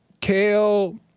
Kale